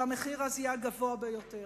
והמחיר אז יהיה הגבוה ביותר.